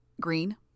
Green